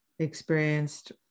experienced